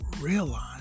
realize